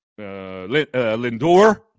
Lindor